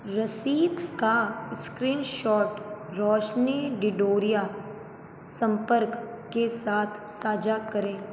रसीद का स्क्रीनशॉट रौशनी डिडोरिया संपर्क के साथ साझा करें